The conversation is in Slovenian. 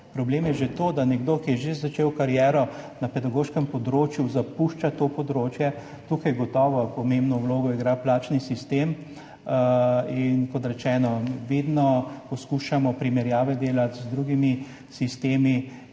Problem je že to, da nekdo, ki je že začel kariero na pedagoškem področju, zapušča to področje. Tukaj gotovo pomembno vlogo igra plačni sistem. In kot rečeno, vedno poskušamo delati primerjave z drugimi sistemi.